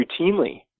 routinely